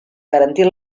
garantir